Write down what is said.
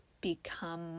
become